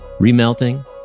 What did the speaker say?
Remelting